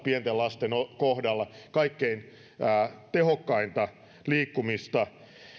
pienten lasten kohdalla sitä kaikkein parasta kaikkein tehokkainta liikkumista